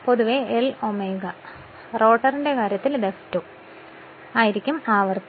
പൊതുവേ നമുക്ക് L ω അറിയാം എന്നാൽ റോട്ടറിന്റെ കാര്യത്തിൽ അത് F2 ആയിരിക്കും ആവൃത്തി